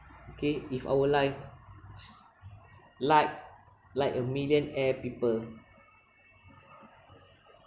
okay if our life like like a millionaire people